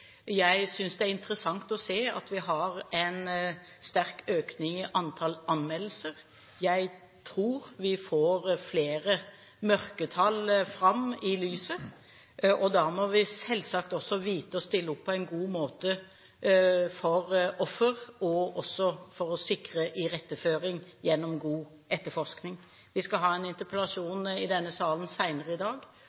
Jeg synes det er interessant å se at vi har en sterk økning i antallet anmeldelser. Jeg tror vi får flere mørketall fram i lyset. Da må vi selvsagt vite å stille opp på en god måte for ofrene, også for å sikre iretteføring gjennom god etterforskning. Vi skal ha en